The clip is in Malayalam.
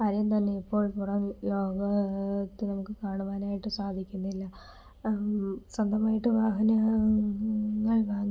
ആരെയും തന്നെ ഇപ്പോൾ പുറംലോകത്ത് നമുക്ക് കാണുവനായിട്ട് സാധിക്കുന്നില്ല സ്വന്തമായിട്ട് വാഹനങ്ങൾ വാങ്ങി